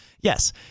yes